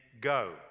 go